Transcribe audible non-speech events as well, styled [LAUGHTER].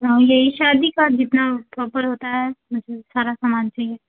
हाँ मेरी शादी का जितना प्रॉपर होता है [UNINTELLIGIBLE] सारा सामान चाहिए